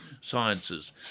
sciences